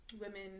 women